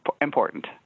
important